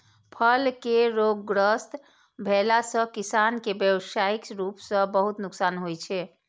फल केर रोगग्रस्त भेला सं किसान कें व्यावसायिक रूप सं बहुत नुकसान होइ छै